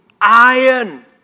iron